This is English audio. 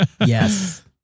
Yes